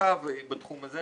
המעקב בתחום הזה,